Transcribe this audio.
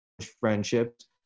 friendships